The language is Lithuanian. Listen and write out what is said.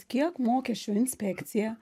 kiek mokesčių inspekcija